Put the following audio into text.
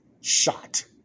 shot